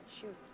Shoot